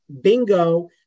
Bingo